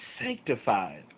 sanctified